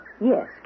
Yes